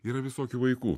yra visokių vaikų